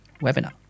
webinar